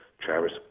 travis